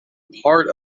part